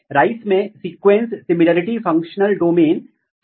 इसलिए विनियमन का अंतिम बिंदु काफी संरक्षित है लेकिन अपस्ट्रीम मार्ग अलग हैं